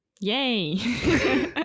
Yay